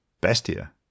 Bestia